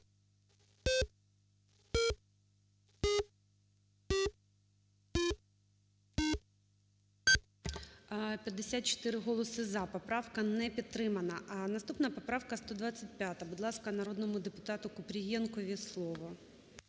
54 голоси "за", поправка не підтримана. Наступна поправка 125. Будь ласка, народному депутатуКупрієнкові слово.